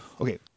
Okay